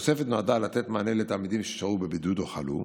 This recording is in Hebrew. התוספת נועדה לתת מענה לתלמידים ששהו בבידוד או חלו.